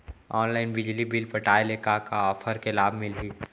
Online बिजली bill पटाय ले का का ऑफ़र के लाभ मिलही?